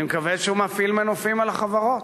אני מקווה שהוא מפעיל מנופים על החברות.